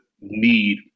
need